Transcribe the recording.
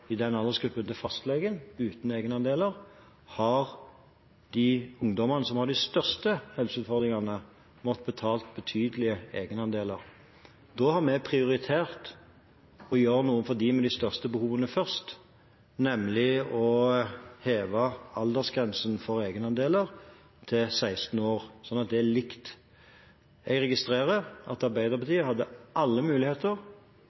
til fastlegen uten egenandeler, har de ungdommene som har de største helseutfordringene, måttet betale betydelige egenandeler. Da har vi prioritert å gjøre noe for dem med de største behovene først, nemlig å heve aldersgrensen for egenandeler til 16 år, slik at det er likt. Jeg registrerer at Arbeiderpartiet hadde alle muligheter